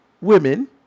women